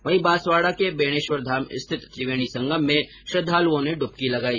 वहीं बांसवाड़ा के बेणेश्वर धाम स्थित त्रिवेणी संगम में श्रद्दालुओं ने ड्रबकी लगाई